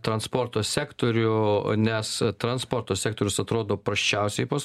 transporto sektorių nes transporto sektorius atrodo prasčiausiai pas